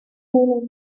name